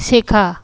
শেখা